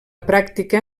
pràctica